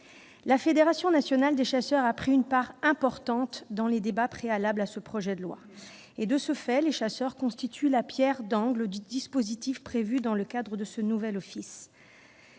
La Fédération nationale des chasseurs a pris une part importante dans les débats préalables à ce projet de loi. De ce fait, les chasseurs constituent la pierre d'angle du dispositif prévu dans le cadre de ce nouvel office.